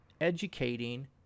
educating